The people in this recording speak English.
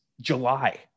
July